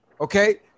Okay